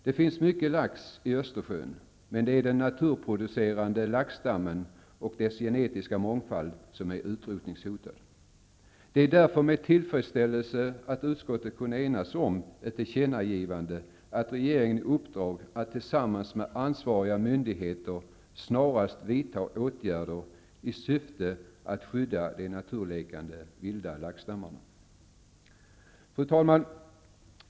Det finns mycket lax i Östersjön, men det är den naturproducerande laxstammen och dess genetiska mångfald som är utrotningshotad. Det var därför med tillfredsställelse som utskottet kunde enas om ett tillkännagivande att ge regeringen i uppdrag att tillsammans med ansvariga myndigheter snarast vidta åtgärder i syfte att skydda de naturlekande vilda laxstammarna. Fru talman!